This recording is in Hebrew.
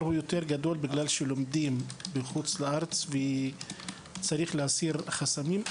הוא גדול יותר מכיוון שלומדים בחו"ל וצריך להסיר חסמים.